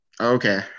Okay